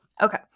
okay